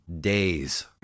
days